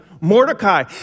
Mordecai